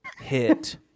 hit